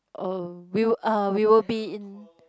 oh we will uh we will be in